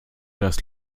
das